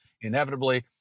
inevitably